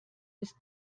bis